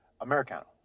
Americano